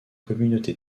communauté